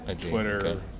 Twitter